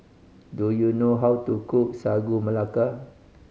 do you know how to cook Sagu Melaka